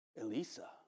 Elisa